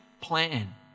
plan